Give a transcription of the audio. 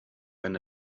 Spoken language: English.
than